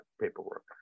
paperwork